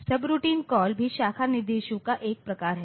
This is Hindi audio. सबरूटीन कॉल भी शाखा निर्देशों का एक प्रकार है